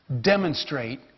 demonstrate